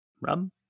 Rum